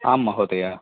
आं महोदय